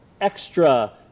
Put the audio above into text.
extra –